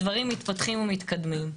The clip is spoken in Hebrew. הדברים מתפתחים ומתקדמים.